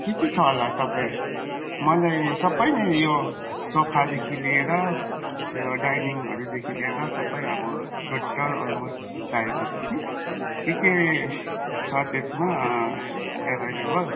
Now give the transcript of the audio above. के के छ होला तपाईँ मलाई सबै नै यो सोफादेखि लिएर यो डाइनिङहरूदेखि लिएर सबै अब टोटल अलमोस्ट चाहिएको थियो कि के के छ त्यसमा एभाइलेबल